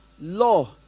law